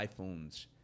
iPhones